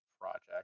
project